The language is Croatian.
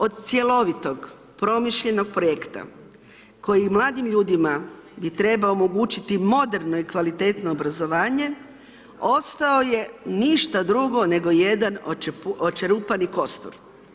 Od cjelovitog, promišljenog projekta koji mladim ljudima bi trebao omogućiti moderno i kvalitetno obrazovanje, ostao je ništa drugo nego jedan očerupani kostur.